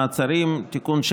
מעצרים) (תיקון,